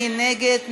מי נגד?